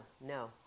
no